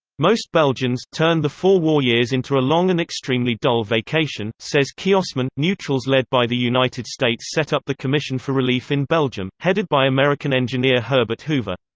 most belgians turned the four war years into a long and extremely dull vacation, says kiossmann neutrals led by the united states set up the commission for relief in belgium, headed by american engineer herbert hoover.